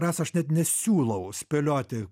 rasa aš net nesiūlau spėlioti